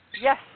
Yes